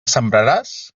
sembraràs